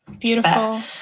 Beautiful